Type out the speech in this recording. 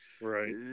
Right